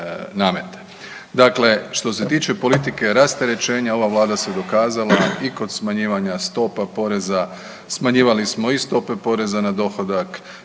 Dakle, što se tiče politike rasterećenja ova vlada se dokazala i kod smanjivanja stopa poreza, smanjivali smo i stope poreza na dohodak,